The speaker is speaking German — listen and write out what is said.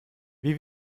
wie